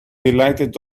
delighted